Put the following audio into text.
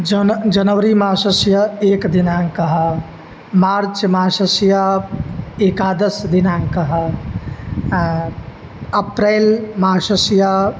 जन जनवरि मासस्य एकदिनाङ्कः मार्च् मासस्य एकादशदिनाङ्कः अप्रेल् मासस्य